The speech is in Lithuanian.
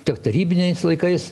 tiek tarybiniais laikais